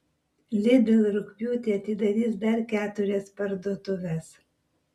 lidl rugpjūtį atidarys dar keturias parduotuves